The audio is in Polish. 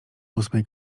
ósmej